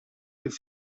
could